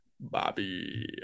Bobby